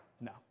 No